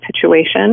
situation